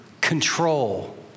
control